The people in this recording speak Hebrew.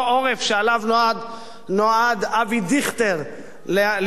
שלו נועד אבי דיכטר לסייע,